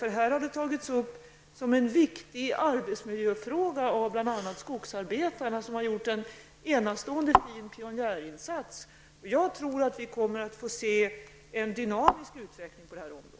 Det har kommit fram som en viktig arbetsmiljöfråga av bl.a. skogsarbetarna. De har gjort en enastående fin pionjärinsats. Jag tror att vi kommer att få se en dynamisk utveckling på området.